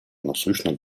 насущных